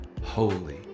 holy